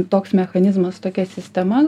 toks mechanizmas tokia sistema